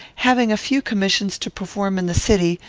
having a few commissions to perform in the city,